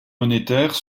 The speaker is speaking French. monétaires